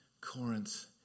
Corinth